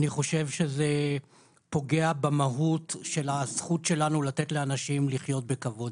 אני חושב שזה פוגע במהות של הזכות שלנו לתת לאנשים לחיות בכבוד,